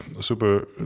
super